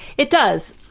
it does.